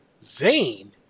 Zane